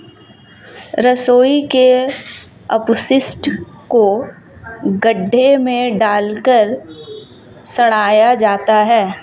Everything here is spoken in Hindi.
रसोई के अपशिष्ट को गड्ढे में डालकर सड़ाया जाता है